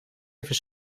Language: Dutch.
even